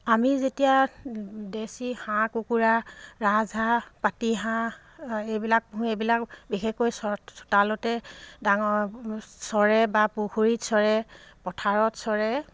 আমি যেতিয়া দেচী হাঁহ কুকুৰা ৰাজহাঁহ পাতিহাঁহ এইবিলাক এইবিলাক বিশেষকৈ চোতালতে ডাঙৰ চৰে বা পুখুৰীত চৰে পথাৰত চৰে